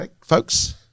folks